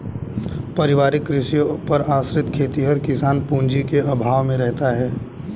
पारिवारिक कृषि पर आश्रित खेतिहर किसान पूँजी के अभाव में रहता है